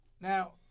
now